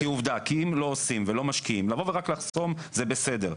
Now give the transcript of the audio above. כי אם לא עושים ולא משקיעים רק לחסום זה בסדר.